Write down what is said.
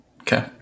Okay